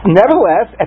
nevertheless